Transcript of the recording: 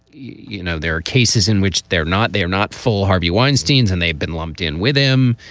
you know, there are cases in which they're not they're not full harvey weinstein's and they've been lumped in with him.